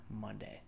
Monday